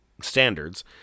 standards